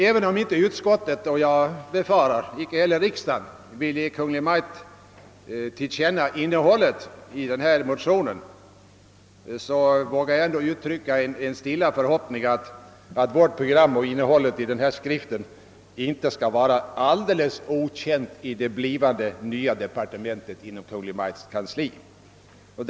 även om inte utskottet, och jag befarar inte heller riksdagen, vill ge Kungl Maj:t till känna innehållet i motionen, vågar jag ändå uttrycka en stilla förhoppning att vårt program och innehållet i den här skriften inte skall vara alldeles okänt i det blivande nya departementet inom Kungl. Maj:ts kansli. Herr talman!